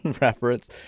reference